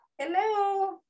Hello